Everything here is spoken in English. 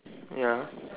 ya